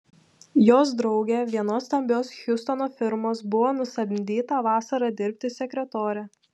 jos draugė vienos stambios hjustono firmos buvo nusamdyta vasarą dirbti sekretore